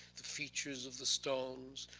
the features of the stones,